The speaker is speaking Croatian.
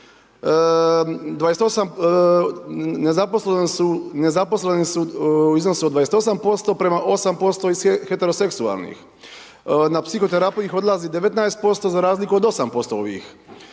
nezaposleni su u iznosu od 28% prema 8% iz heteroseksualnih, na psihoterapiju iz odlazi 19% za razliku od 8% ovih